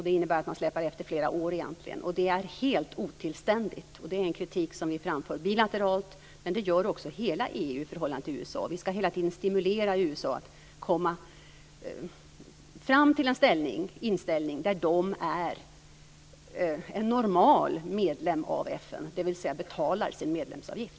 Det innebär att man egentligen släpar efter flera år, och det är helt otillständigt. Det är en kritik som vi framfört bilateralt, men det gör också hela EU i förhållande till USA. Vi ska hela tiden stimulera USA till att komma fram till en inställning att de är en normal medlem av FN, dvs. betalar sin medlemsavgift.